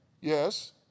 Yes